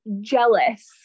jealous